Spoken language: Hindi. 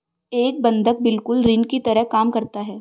एक बंधक बिल्कुल ऋण की तरह काम करता है